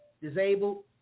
disabled